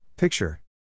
Picture